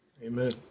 Amen